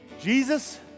Jesus